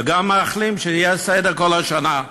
וגם מאחלים שיהיה סדר כל השנה.